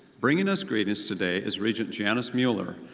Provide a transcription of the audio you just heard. bringing us greetings today is regent janice mueller,